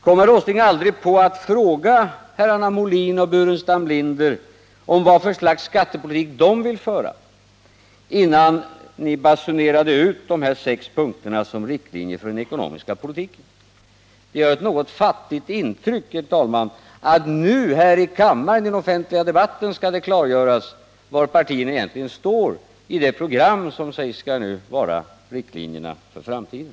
Kom herr Åsling aldrig på att fråga herrarna Molin och Burenstam Linder om vad för slags skattepolitik de vill föra innan ni basunerade ut de sex punkterna som riktlinjer för den ekonomiska politiken? Det gör ett något fattigt intryck, herr talman, att det nu, här i kammaren, i den offentliga debatten, skall klargöras var partierna egentligen står enligt de program som sägs innehålla riktlinjerna för framtiden.